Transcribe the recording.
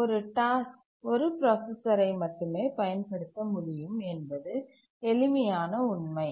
ஒரு டாஸ்க் ஒரு பிராசசரை மட்டுமே பயன்படுத்த முடியும் என்பது எளிமையான உண்மை